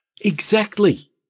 Exactly